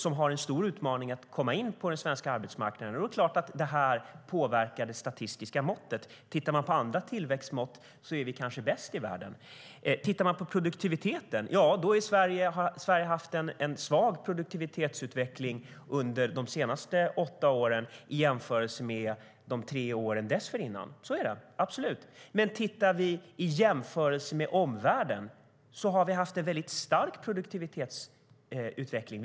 De har en stor utmaning i att komma in på den svenska arbetsmarknaden. Det är klart att detta påverkar det statistiska måttet. Med andra tillväxtmått är vi kanske bäst i världen. Om man tittar på produktiviteten ser man att Sverige har haft en svag produktivitetsutveckling under de senaste åtta åren i jämförelse med de tre åren dessförinnan. Så är det, absolut. Men jämfört med omvärlden har vi haft en väldigt stark produktivitetsutveckling.